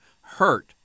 hurt